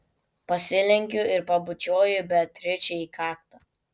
pasilenkiu ir pabučiuoju beatričę į kaktą